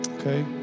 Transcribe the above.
Okay